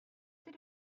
did